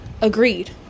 Agreed